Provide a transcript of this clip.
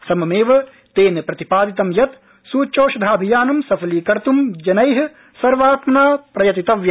सममेव तेन प्रतिपादितं यत् सूच्यौषधाभियाने सफलीकर्त् जनै सर्वात्मना प्रयतितव्यम्